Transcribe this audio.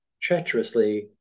treacherously